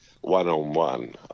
one-on-one